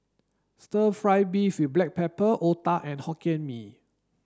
stir fry beef with black pepper Otah and Hokkien Mee